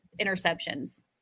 interceptions